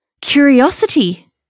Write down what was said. curiosity